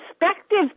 perspective